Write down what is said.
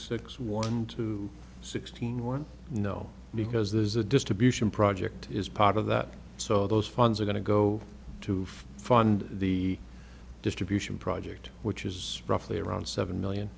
six one to sixteen one no because there's a distribution project is part of that so those funds are going to go to fund the distribution project which is roughly around seven million